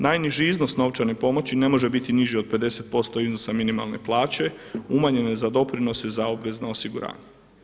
Najniži iznos novčane pomoći ne može biti niži od 50% iznosa minimalne plaće umanjene za doprinose za obvezno osiguranje.